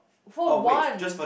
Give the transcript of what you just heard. for one